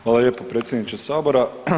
Hvala lijepo predsjedniče sabora.